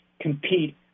compete